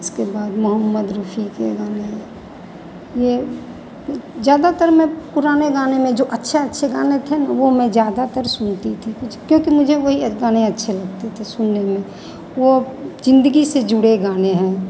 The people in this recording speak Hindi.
इसके बाद मोहम्मद रफ़ी के गाने हैं ये ज़्यादातर मैं पुराने गाने में जो अच्छे अच्छे गाने थे न वो मैं ज़्यादातर सुनती थी कुछ क्योंकि मुझे वही गाने अच्छे लगते थे सुनने में वो जिंदगी से जुड़े गाने हैं